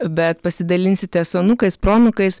bet pasidalinsite su anūkais proanūkais